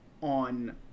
on